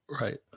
right